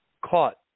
caught